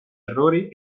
errori